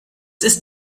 ist